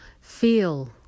feel